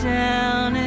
down